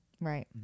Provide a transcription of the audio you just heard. Right